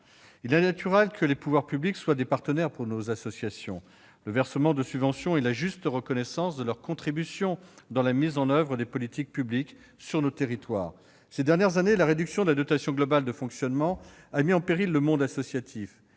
Il est naturel que les pouvoirs publics soient des partenaires pour nos associations. Le versement de subventions est la juste reconnaissance de leur contribution dans la mise en oeuvre des politiques publiques sur nos territoires. Ces dernières années, la réduction de la dotation globale de fonctionnement a mis en péril le monde associatif,